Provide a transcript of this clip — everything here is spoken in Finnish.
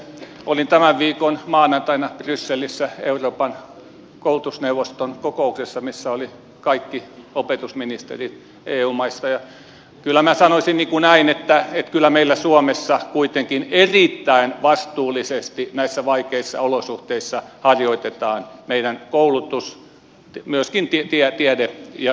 olin tämän viikon maanantaina brysselissä euroopan koulutusneuvoston kokouksessa missä olivat kaikki opetusministerit eu maista ja kyllä minä sanoisin näin että kyllä meillä suomessa kuitenkin erittäin vastuullisesti näissä vaikeissa olosuhteissa harjoitetaan meidän koulutus ja myöskin tiede ja yhteiskuntapolitiikkaa